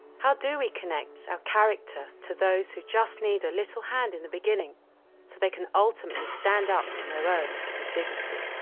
how do we connect our character to those who just need a little hand in the beginning, so they can ultimately stand up on their own, with dignity.